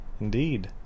indeed